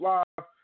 Live